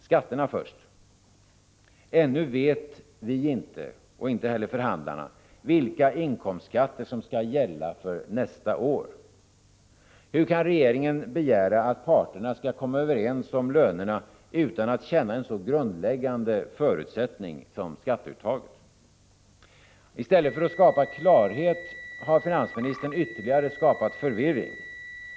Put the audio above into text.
Skatterna först: Ännu vet vi inte — och inte heller förhandlarna — vilka inkomstskatter som skall gälla för nästa år. Hur kan regeringen begära att parterna skall komma överens om lönerna utan att känna till en så grundläggande förutsättning som skatteuttaget? I stället för att skapa klarhet har finansministern ytterligare skapat förvirring.